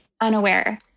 unaware